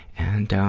and,